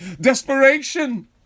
Desperation